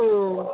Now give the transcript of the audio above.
ꯎꯝ